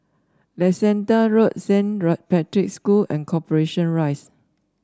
Leicester Road Saint Patrick's School and Corporation Rise